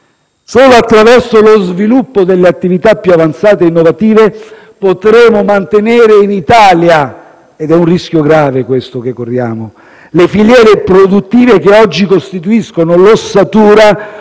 Solo attraverso lo sviluppo delle attività più avanzate e innovative potremo mantenere in Italia - e su questo c'è un grave rischio che corriamo - le filiere produttive che oggi costituiscono l'ossatura